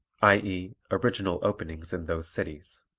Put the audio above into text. i e, original openings in those cities.